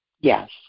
Yes